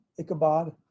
Ichabod